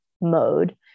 mode